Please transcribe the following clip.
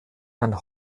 and